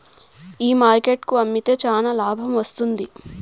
ఏ market కు అమ్మితే చానా లాభం వస్తుంది?